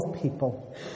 people